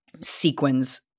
sequins